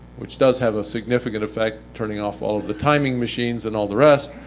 which does have a significant effect, turning off all of the timing machines and all the rest,